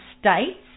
states